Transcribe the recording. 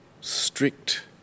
strict